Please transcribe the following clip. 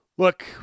look